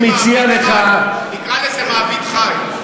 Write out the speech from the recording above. נקרא לזה "מעביד חי".